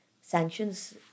sanctions